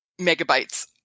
megabytes